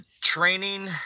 Training